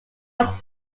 was